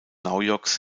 naujoks